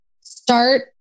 Start